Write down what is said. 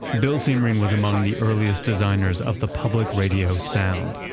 bill siemering was among the earliest designers of the public radio sound.